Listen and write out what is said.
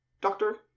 doctor